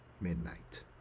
midnight